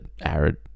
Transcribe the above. arid